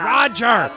Roger